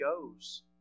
goes